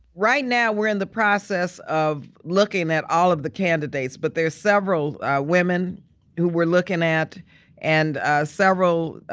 right now we're in the process of looking at all of the candidates, but there are several ah women who we're looking at and ah several